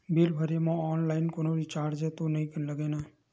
Bill भरे मा online कोनो चार्ज तो नई लागे ना?